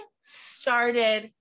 started